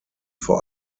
vor